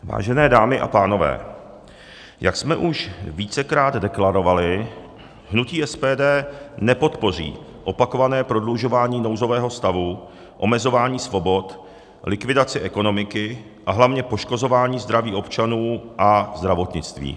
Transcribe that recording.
Vážené dámy a pánové, jak jsme už vícekrát deklarovali, hnutí SPD nepodpoří opakované prodlužování nouzového stavu, omezování svobod, likvidaci ekonomiky a hlavně poškozování zdraví občanů a zdravotnictví.